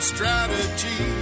Strategy